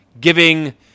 giving